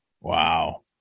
Wow